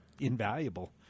invaluable